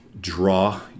draw